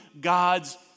God's